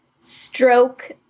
stroke